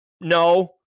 No